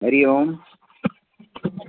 हरिओम